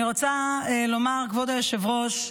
אני רוצה לומר, כבוד היושב-ראש,